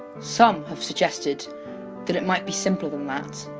some have suggested that it might be simpler than that